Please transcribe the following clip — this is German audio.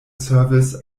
service